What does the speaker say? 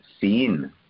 seen